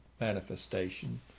manifestation